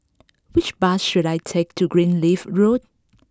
which bus should I take to Greenleaf Road